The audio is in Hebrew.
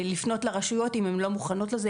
לפנות לרשויות אם הן לא מוכנות לזה,